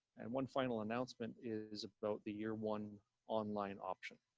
and one final announcement is about the year one online option.